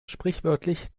sprichwörtlich